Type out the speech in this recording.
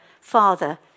Father